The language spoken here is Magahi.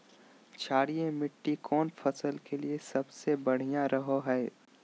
क्षारीय मिट्टी कौन फसल के लिए सबसे बढ़िया रहो हय?